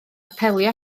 apelio